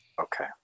Okay